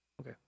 Okay